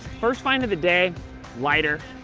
first find of the day lighter,